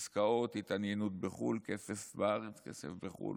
עסקאות, התעניינות בחו"ל, כסף בארץ, כסף בחו"ל.